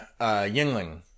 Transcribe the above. yingling